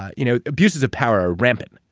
ah you know abuses of power are rampant.